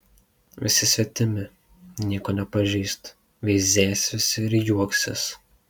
visi svetimi nieko nepažįstu veizės visi ir juoksis